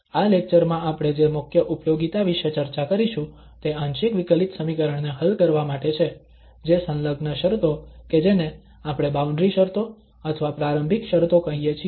આ લેક્ચરમાં આપણે જે મુખ્ય ઉપિયોગિતા વિશે ચર્ચા કરીશું તે આંશિક વિકલિત સમીકરણ ને હલ કરવા માટે છે જે સંલગ્ન શરતો કે જેને આપણે બાઉન્ડ્રી શરતો અથવા પ્રારંભિક શરતો કહીએ છીએ